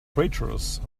traitorous